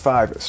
Five